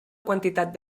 quantitat